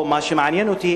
או מה שמעניין אותי,